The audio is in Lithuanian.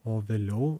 o vėliau